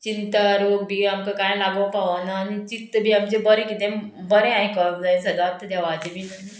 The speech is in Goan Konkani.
चिंता रोग बी आमकां कांय लागो पावना आनी चित्त बी आमचें बरें किदें बरें आयकप जाय सदांच देवाचें बी